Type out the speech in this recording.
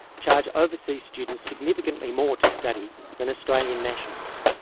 charge overseas students significantly more to study than australian nationals.